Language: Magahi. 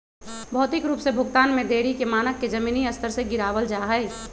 भौतिक रूप से भुगतान में देरी के मानक के जमीनी स्तर से गिरावल जा हई